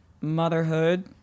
motherhood